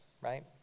right